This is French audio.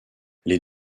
les